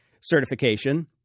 certification